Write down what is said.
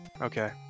okay